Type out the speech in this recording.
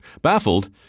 Baffled